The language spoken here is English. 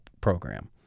program